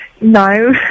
No